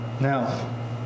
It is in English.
Now